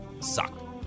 suck